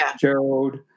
Gerald